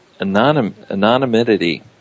anonymity